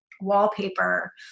wallpaper